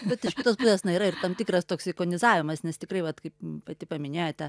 bet iš kitos pusės na yra ir tam tikras toksai ikonizavimas nes tikrai vat kaip pati paminėjote